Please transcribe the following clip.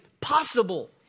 possible